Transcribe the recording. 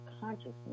consciousness